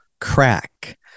crack